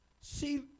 See